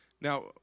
Now